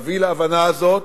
להביא להבנה הזאת,